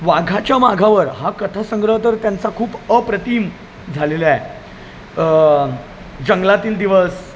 वाघाच्या मागावर हा कथासंग्रह तर त्यांचा खूप अप्रतिम झालेला आहे जंगलातील दिवस